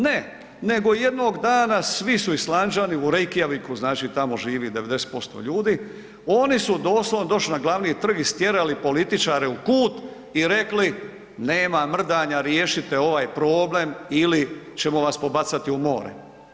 Ne, nego jednog dana svi su Islanđani u Reykjaviku znači tamo živi 90% ljudi oni su doslovno došli na glavni trg i stjerali političare u kut i rekli nema mrdanja riješite ovaj problem ili ćemo vas pobacati u more.